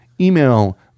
email